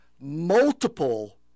multiple